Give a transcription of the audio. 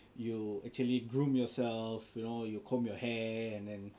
you actually groom yourself you know you comb your hair and then